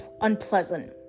unpleasant